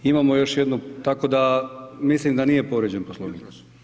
Imamo još jednu, tako da mislim da nije povrijeđen Poslovnik.